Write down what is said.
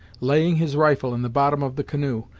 laying his rifle in the bottom of the canoe,